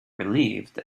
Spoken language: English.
relieved